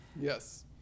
Yes